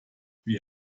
wie